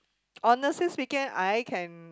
honestly speaking I can